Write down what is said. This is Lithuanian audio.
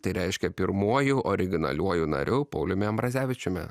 tai reiškia pirmuoju originaliuoju nariu pauliumi ambrazevičiumi